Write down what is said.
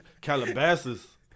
Calabasas